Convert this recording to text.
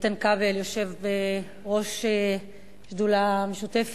איתן כבל, היושב בראש השדולה המשותפת,